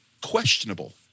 questionable